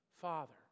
father